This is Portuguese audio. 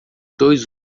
dois